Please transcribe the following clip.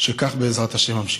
וכך בעזרת השם אמשיך.